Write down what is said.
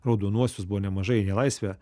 raudonuosius buvo nemažai į nelaisvę